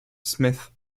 smith